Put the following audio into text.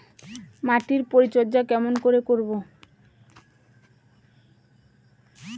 মাটির পরিচর্যা কেমন করে করব?